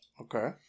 Okay